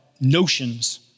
notions